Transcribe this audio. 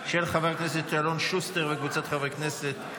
של חבר הכנסת אלון שוסטר וקבוצת חברי הכנסת.